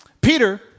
Peter